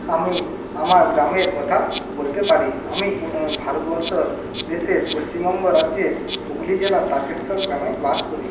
আমি আমার গ্রামের কথা বলতে পারি আমি ভারতবর্ষর দেশের পশ্চিমবঙ্গ রাজ্যের হুগলি জেলার তারকেশ্বর গ্রামে বাস করি